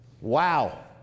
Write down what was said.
wow